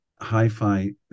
Hi-Fi